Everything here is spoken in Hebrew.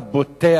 הבוטה,